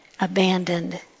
abandoned